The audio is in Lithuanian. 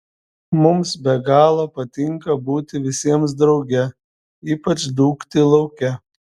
mums be galo patinka būti visiems drauge ypač dūkti lauke